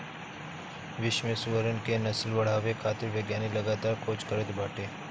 विश्व में सुअरन क नस्ल बढ़ावे खातिर वैज्ञानिक लगातार खोज करत बाटे